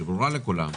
שברורה לכולם,